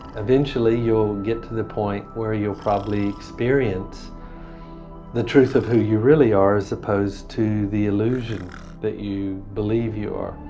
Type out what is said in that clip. eventually you will get to the point where you will probably experience the truth of who you really are as opposed to the illusion that you believe you are.